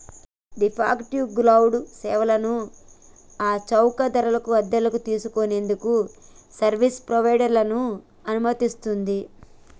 ghee fog to cloud సేవలను ఆ చౌక ధరకు అద్దెకు తీసుకు నేందుకు సర్వీస్ ప్రొవైడర్లను అనుమతిస్తుంది